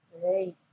Great